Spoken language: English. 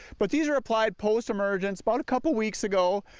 but these are applied post emergence about a couple weeks ago.